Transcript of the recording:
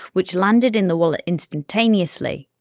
which landed in the wallet instantaneously.